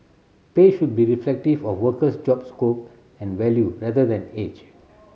pay should be reflective of a worker's job scope and value rather than age